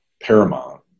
paramount